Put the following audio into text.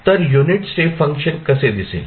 तर unit step function कसे दिसेल